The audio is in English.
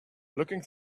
looking